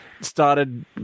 started